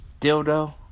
dildo